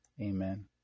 Amen